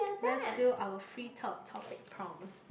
let's do our free talk topic prompts